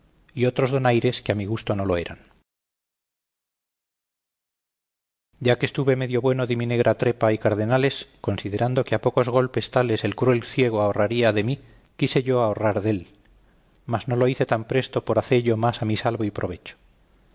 y otros donaires que a mi gusto no lo eran ya que estuve medio bueno de mi negra trepa y cardenales considerando que a pocos golpes tales el cruel ciego ahorraría de mí quise yo ahorrar dél mas no lo hice tan presto por hacello más a mi salvo y provecho